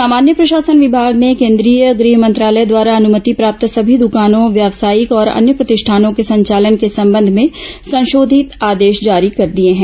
सामान्य प्रशासन विभाग ने केन्द्रीय गृह मंत्रालय द्वारा अनुमति प्राप्त सभी दुकानों व्यावसायिक और अन्य प्रतिष्ठानों के संचालन के संबंध में संशोधित आदेश जारी कर दिए हैं